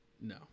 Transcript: no